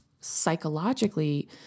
psychologically